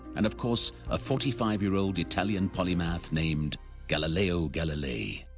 and, of course, a forty five year old italian polymath named galileo galilei.